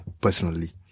personally